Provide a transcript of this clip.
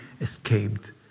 escaped